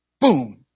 Boom